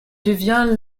devient